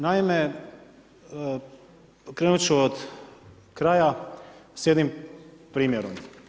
Naime, krenut ću od kraja s jednim primjerom.